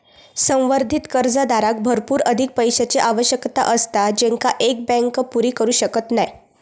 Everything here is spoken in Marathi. संवर्धित कर्जदाराक भरपूर अधिक पैशाची आवश्यकता असता जेंका एक बँक पुरी करू शकत नाय